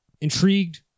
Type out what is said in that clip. intrigued